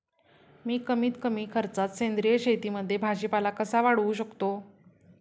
मी कमीत कमी खर्चात सेंद्रिय शेतीमध्ये भाजीपाला कसा वाढवू शकतो?